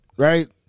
Right